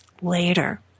later